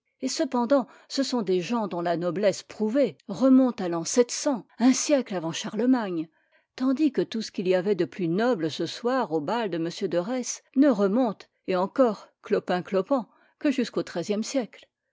et cependant ce sont des gens dont la noblesse prouvée remonte à l'an un siècle avant charlemagne tandis que tout ce qu'il y avait de plus noble ce soir au bal de m de retz ne remonte et encore clopin-clopant que jusqu'au xiiie siècle